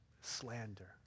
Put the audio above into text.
slander